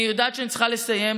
אני יודעת שאני צריכה לסיים.